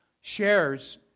shares